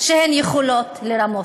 שהם יכולים לרמות.